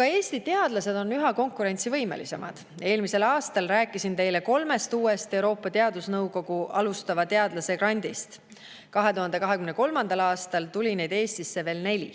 Ka Eesti teadlased on üha konkurentsivõimelisemad. Eelmisel aastal rääkisin teile kolmest uuest Euroopa Teadusnõukogu alustava teadlase grandist. 2023. aastal tuli neid Eestisse veel neli,